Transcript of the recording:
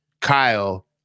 Kyle